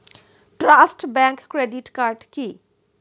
Trust bank credit card কি?